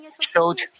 showed